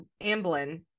Amblin